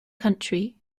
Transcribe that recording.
country